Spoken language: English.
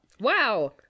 Wow